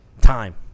time